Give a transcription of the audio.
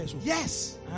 yes